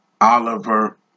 Oliver